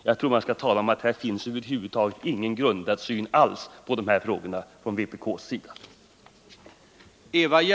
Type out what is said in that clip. Jag tror att man skall tala om att här finns över huvud taget ingen grundad syn alls på dessa frågor hos vpk.